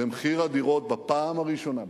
ומחיר הדירות בפעם הראשונה,